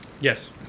Yes